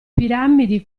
piramidi